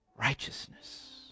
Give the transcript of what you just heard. Righteousness